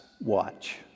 watch